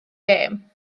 gêm